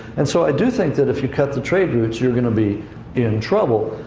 and so i do think that if you cut the trade routes, you're going to be in trouble.